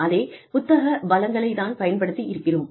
அதே புத்தக வளங்களைத் தான் பயன்படுத்தி இருக்கிறேன்